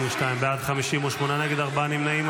52, 58 נגד, ארבעה נמנעים.